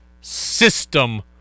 system